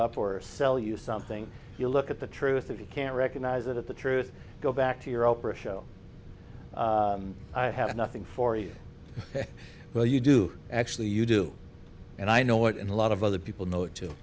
up or sell you something if you look at the truth if you can't recognize it at the truth go back to your oprah show i have nothing for you well you do actually you do and i know it and a lot of other people know